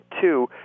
two